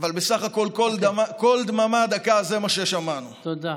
אבל בסך הכול קול דממה דקה, זה מה ששמענו, תודה.